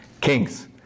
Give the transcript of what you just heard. kings